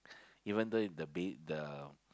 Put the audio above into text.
even though the ba~ the